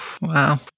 wow